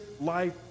life